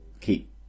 keep